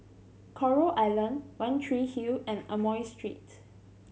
Coral Island One Tree Hill and Amoy Street